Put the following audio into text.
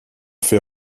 fait